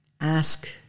Ask